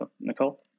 Nicole